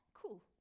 cool